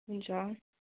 हुन्छ